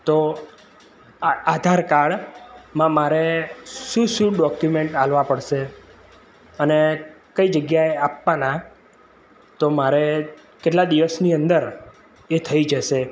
તો આધાર કાર્ડમાં મારે શું શું ડોક્યુમેન્ટ આપવા પડશે અને કઈ જગ્યાએ આપવાના તો મારે કેટલા દિવસની અંદર એ થઈ જશે